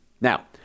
Now